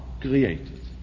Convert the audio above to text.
created